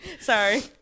Sorry